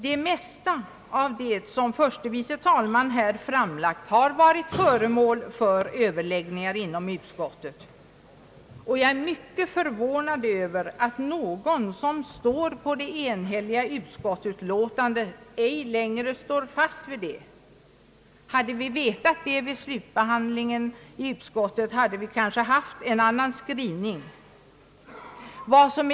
Det mesta av vad förste vice talmannen här anfört har varit föremål för överläggningar inom utskottet. Jag är mycket förvånad över att någon av dem som står under det enhälliga utskottsutlåtandet ej längre håller fast vid det. Hade vi vetat detta vid slutbehandlingen i utskottet skulle kanske skrivningen ha varit en annan.